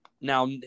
Now